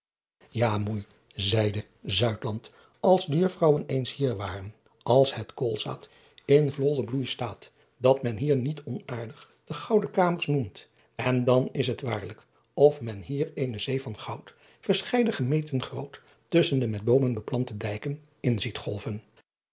a oei zeide als de uffrouwen eens hier waren als het koolzaad in vollen bloei staat dat men hier niet onaardig de gouden kamers noemt n dan is het waarlijk of men hier eene zee van goud verscheiden gemeten groot tusschen de met boomen beplante dijken in ziet golven